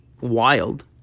wild